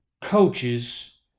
coaches